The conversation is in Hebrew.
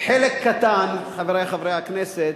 חלק קטן, חברי חברי הכנסת,